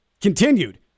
continued